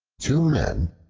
two men,